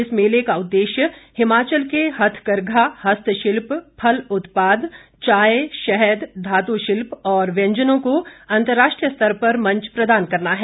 इस मेले का उद्देश्य हिमाचल के हथकरघा हस्तशिल्प फल उत्पाद चाय शहद धातु शिल्प और व्यंजनों को अंतर्राष्ट्रीय स्तर पर मंच प्रदान करना है